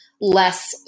less